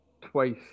twice